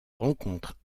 rencontre